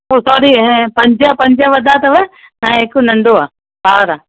हो सॉरी अ पंज पंज वॾा अथव ऐं हिकु नंढो आहे ॿार आहे